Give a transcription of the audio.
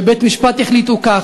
בבית-משפט החליטו כך,